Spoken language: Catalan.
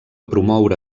promoure